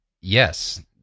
Yes